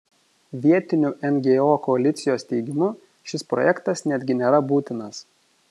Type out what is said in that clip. vietinių ngo koalicijos teigimu šis projektas netgi nėra būtinas